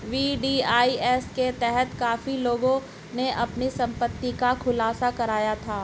VDIS के तहत काफी लोगों ने अपनी संपत्ति का खुलासा करा था